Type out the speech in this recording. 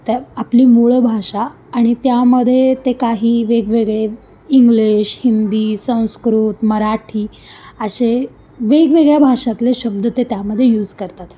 त्या आपली मूळ भाषा आणि त्यामध्ये ते काही वेगवेगळे इंग्लिश हिंदी संस्कृत मराठी असे वेगवेगळ्या भाषांतले शब्द ते त्यामध्ये यूज करतात